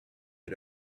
you